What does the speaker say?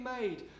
made